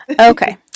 Okay